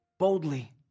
Boldly